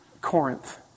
Corinth